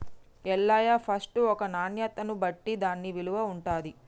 Ellaiah first ఒక నాణ్యతను బట్టి దాన్న విలువ ఉంటుంది